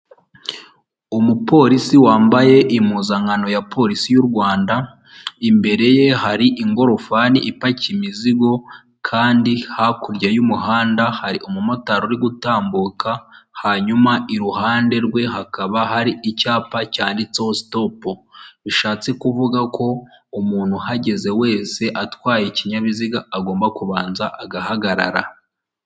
Abagenza amaguru mu gihe bambukiranya umuhanda, bakomeje guhabwa agaciro kabo bakambuka nta nkomyi, ibinyabiziga bigahagarara bakambuka neza.